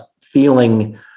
feeling